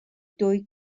dwy